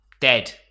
dead